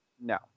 No